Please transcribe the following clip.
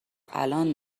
الان